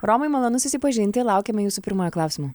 romai malonu susipažinti laukiame jūsų pirmojo klausimo